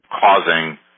causing